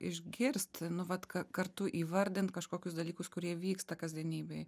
išgirst nu vat ka kartu įvardint kažkokius dalykus kurie vyksta kasdienybėj